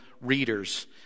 readers